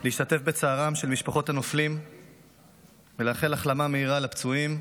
רוצה להשתתף בצערן של משפחות הנופלים ולאחל החלמה מהירה לפצועים,